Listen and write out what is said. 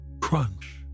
crunch